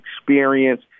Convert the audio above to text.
experience